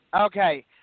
Okay